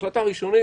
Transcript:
כהחלטה ראשונית,